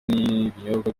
n’ibinyobwa